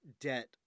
debt